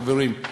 חברים,